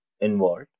involved